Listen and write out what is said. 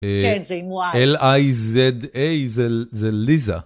L-I-Z-A זה ליזה.